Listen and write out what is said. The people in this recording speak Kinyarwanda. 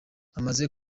amaze